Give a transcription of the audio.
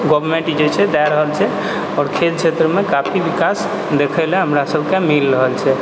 government जे छै दए रहल छै आओर खेल क्षेत्रमे काफी विकास देखै लए हमरा सबके मिल रहल छै